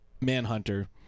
Manhunter